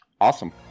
awesome